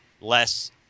less